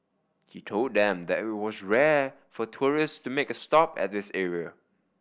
he told them that it was rare for tourist to make a stop at this area